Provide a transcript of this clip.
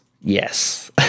Yes